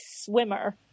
swimmer